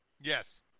Yes